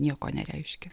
nieko nereiškė